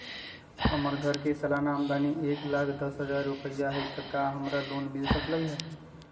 हमर घर के सालाना आमदनी एक लाख दस हजार रुपैया हाई त का हमरा लोन मिल सकलई ह?